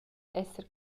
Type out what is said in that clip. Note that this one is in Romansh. esser